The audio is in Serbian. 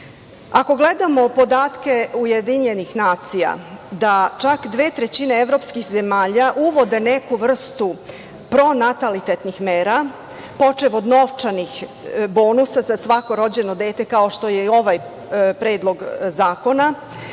gledamo podatke UN, da čak dve trećine evropskih zemalja, uvode neku vrstu pronatalitetnih mera, počev od novčanih bonusa za svako rođeno dete, kao što je i ovaj predlog zakona,